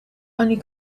only